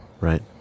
right